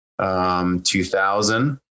2000